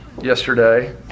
yesterday